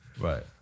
Right